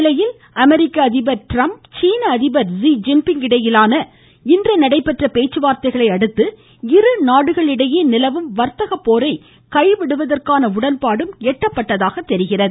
இந்நிலையில் அமெரிக்க அதிபர் ட்ரம்ப் சீன அதிபர் ஸீ ஜின்பிங் இடையே இன்று நடைபெற்ற பேச்சுவார்த்தைகளையடுத்து இருநாடுகளிடையே நிலவும் வா்த்தக போரை கைவிடுவதற்கான உடன்பாடும் எட்டப்பட்டதாக தெரிகிறது